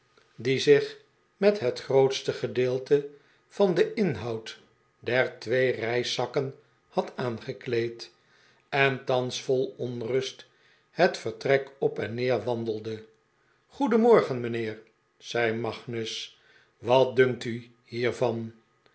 die zich met het grootste gedeelt'e van den inhoud der twee reiszakken had aangekleed en thans vol onrust het vertrek op en neer wandelde goedenmorgen mijnheer zei magnus wat dunkt u hiervan